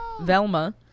Velma